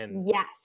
Yes